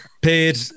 paid